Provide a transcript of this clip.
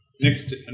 Next